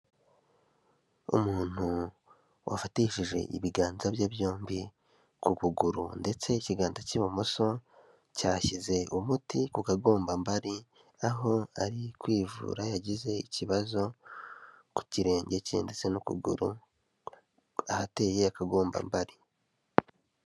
Umuntu wafatishije ibiganza bye byombi ku kuguru ndetse ikiganza cy'ibumoso cyashyize umuti ku kagombambari, aho ari kwivura, yagize ikibazo ku kirenge cye ndetse n'ukuguru ahateye akagombambari.